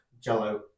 Jello